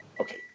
okay